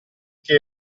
che